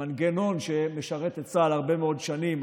למנגנון שמשרת את צה"ל הרבה מאוד שנים,